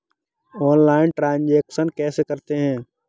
Online transaction कैसे करते हैं?